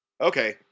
Okay